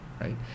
right